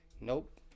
Nope